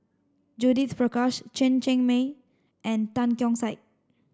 Judith Prakash Chen Cheng Mei and Tan Keong Saik